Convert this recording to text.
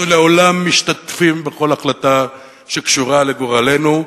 אנחנו לעולם משתתפים בכל החלטה שקשורה לגורלנו,